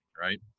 right